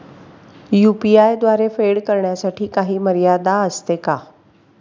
UPI द्वारे फेड करण्यासाठी काही मर्यादा असते का?